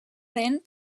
dent